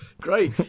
great